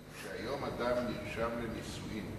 כשהיום אדם נרשם לנישואים